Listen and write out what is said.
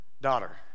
Daughter